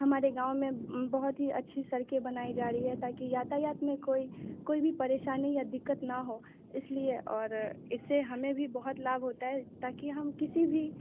हमारे गाँव में बहुत ही अच्छी सड़कें बनाई जा रही है ताकि यातायात में कोई कोई भी परेशानी या दिक्कत ना हो इस लिए और इससे हमें भी बहुत लाभ होता है ताकि हम किसी भी